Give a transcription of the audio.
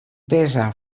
pesa